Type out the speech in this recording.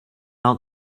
out